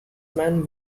man